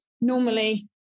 Normally